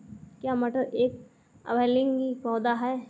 क्या मटर एक उभयलिंगी पौधा है?